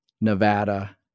Nevada